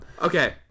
Okay